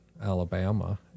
Alabama